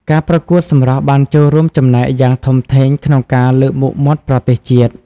ការប្រកួតសម្រស់បានចូលរួមចំណែកយ៉ាងធំធេងក្នុងការលើកមុខមាត់ប្រទេសជាតិ។